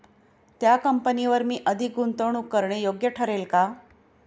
त्या कंपनीवर मी अधिक गुंतवणूक करणे योग्य ठरेल का?